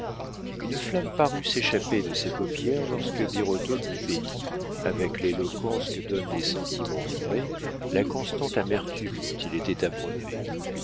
une flamme parut s'échapper de ses paupières lorsque birotteau lui peignit avec l'éloquence que donnent les sentiments vrais la constante amertume dont il était abreuvé